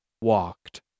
walked